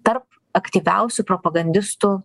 tarp aktyviausių propagandistų